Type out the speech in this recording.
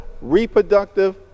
reproductive